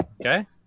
Okay